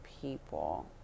people